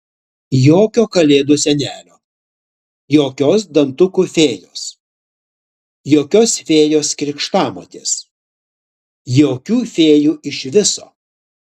jokio kalėdų senelio jokios dantukų fėjos jokios fėjos krikštamotės jokių fėjų iš viso